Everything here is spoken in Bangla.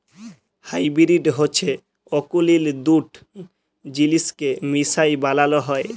হাইবিরিড হছে অকুলীল দুট জিলিসকে মিশায় বালাল হ্যয়